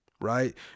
right